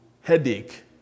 headache